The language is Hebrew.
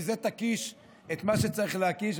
מזה תקיש את מה שצריך להקיש.